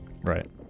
Right